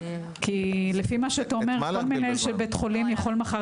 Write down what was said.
כי לפי מה שאתה אומר כל מנהל בית חולים יכול מחר